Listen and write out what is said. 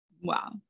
Wow